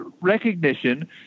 recognition